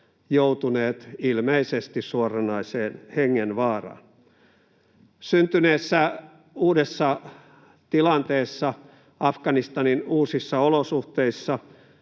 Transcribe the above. joutuneet ilmeisesti suoranaiseen hengenvaaraan. Syntyneessä uudessa tilanteessa, Afganistanin uusissa olosuhteissa,